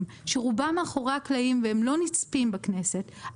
שרובם מאחורי הקלעים והם לא נצפים בכנסת.